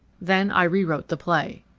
then i rewrote the play.